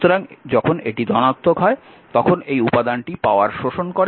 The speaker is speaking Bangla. সুতরাং যখন এটি ধনাত্মক হয় তখন এই উপাদানটি পাওয়ার শোষণ করে